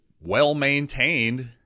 well-maintained